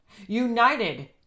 United